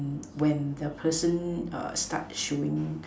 when the person err start showing